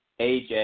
AJ